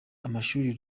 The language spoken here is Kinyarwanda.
amashuri